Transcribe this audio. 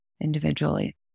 Individually